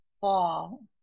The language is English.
fall